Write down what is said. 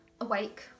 awake